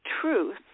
truth